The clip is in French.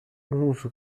onze